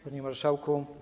Panie Marszałku!